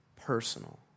personal